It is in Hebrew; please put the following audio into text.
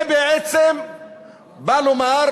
זה בעצם בא לומר